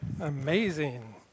Amazing